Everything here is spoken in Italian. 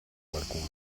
qualcuno